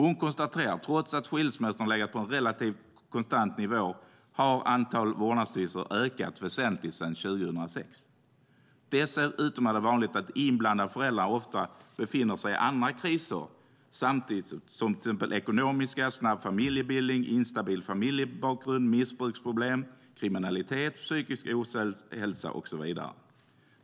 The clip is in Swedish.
Hon konstaterar att trots att skilsmässorna har legat på en relativt konstant nivå har antalet vårdnadstvister ökat väsentligt sedan 2006. Dessutom är det vanligt att de inblandade föräldrarna samtidigt befinner sig i andra kriser som till exempel ekonomiska kriser, snabb familjebildning, instabil familjebakgrund, missbruksproblem, kriminalitet, psykisk ohälsa och så vidare.